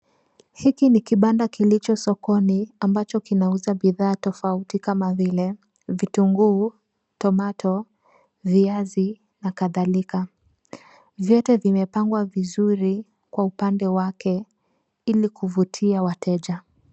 Hiki ni kibanda kilicho sokoni, ambacho kinauza bidhaa tofauti, kama vile vitunguu, tomato , viazi, na kadhalika. Vyote vimepangwa vizuri , kwa upande wake ili kuvutia wateja.